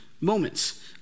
moments